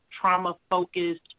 trauma-focused